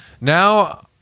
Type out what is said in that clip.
Now